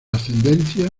ascendencia